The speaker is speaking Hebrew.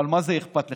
אבל מה זה אכפת לך?